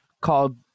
called